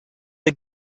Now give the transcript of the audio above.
the